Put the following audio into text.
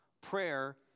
prayer